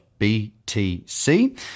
BTC